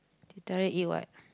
Teh-Tarik eat what